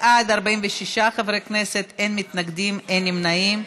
בעד, 46 חברי כנסת, אין מתנגדים, אין נמנעים.